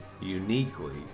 uniquely